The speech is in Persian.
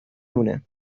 مونه